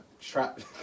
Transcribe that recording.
Trapped